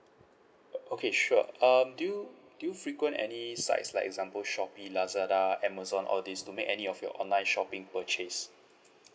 okay sure um do you do you frequent any sites like example shopee lazada amazon all this to make any of your online shopping purchase